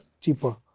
cheaper